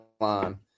line